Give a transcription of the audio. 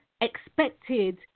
expected